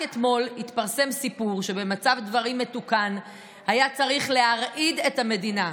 רק אתמול התפרסם סיפור שבמצב דברים מתוקן היה צריך להרעיד את המדינה,